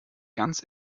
ganz